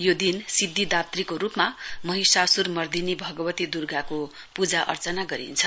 यो दिन सिध्दिदात्रीको रुपमा महिषासुरमर्दिनी भगवती दुर्गाको पूजा अर्चना गरिन्छ